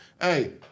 Hey